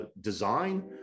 design